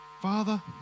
Father